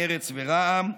מרצ ורע"מ,